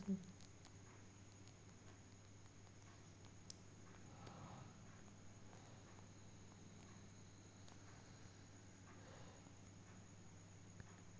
वेलचीचे तीन महत्वाचे जाती खयचे आसत?